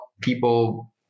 people